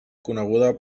coneguda